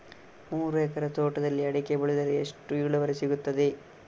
ಮೂರು ಎಕರೆ ತೋಟದಲ್ಲಿ ಅಡಿಕೆ ಬೆಳೆದರೆ ಎಷ್ಟು ಇಳುವರಿ ಸಿಗುತ್ತದೆ?